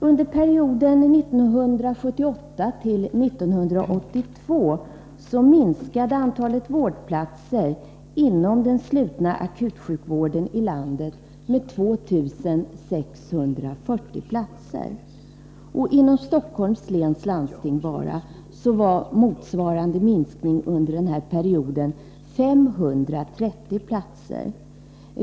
Under perioden 1978-1982 minskade antalet vårdplatser inom den slutna akutsjukvården i landet med 2 640. Inom bara Stockholms läns landsting var motsvarande minskning under denna period 530 platser.